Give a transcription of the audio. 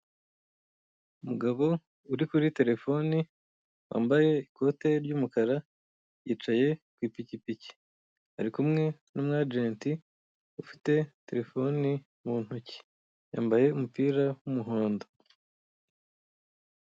Umugabo uri kuri terefone, wambaye ikote ry'umukara, yicaye ku ipikipiki. Ari kumwe n'umwajenti ufite terefoni mu ntoki. Yambaye umupira w'umuhondo.